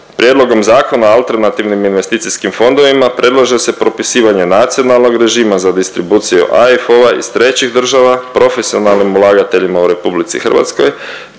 Prijedlogom Zakona o alternativnim investicijskim fondovima predlaže se propisivanje nacionalnog režima za distribuciju AIF-ova iz trećih država profesionalnim ulagateljima u RH te